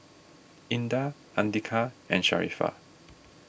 Indah andika and Sharifah